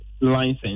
license